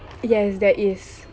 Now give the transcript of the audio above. yes there is